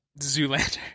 Zoolander